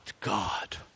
God